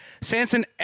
Sanson